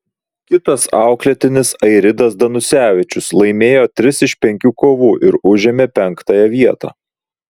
kitas auklėtinis airidas danusevičius laimėjo tris iš penkių kovų ir užėmė penktąją vietą